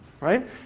right